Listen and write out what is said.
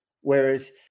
Whereas